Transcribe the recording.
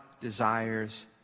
desires